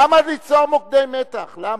למה ליצור מוקדי מתח, למה?